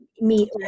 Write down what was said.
meet